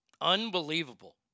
Unbelievable